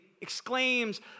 exclaims